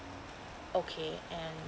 okay and